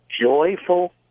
joyful